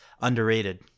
underrated